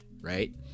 right